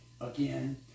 again